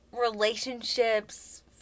relationships